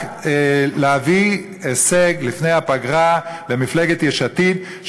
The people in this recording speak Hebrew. רק להביא הישג לפני הפגרה למפלגת יש עתיד,